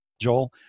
Joel